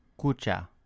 Kucha